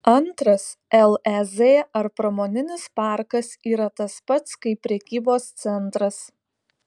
antras lez ar pramoninis parkas yra tas pats kaip prekybos centras